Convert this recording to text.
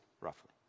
roughly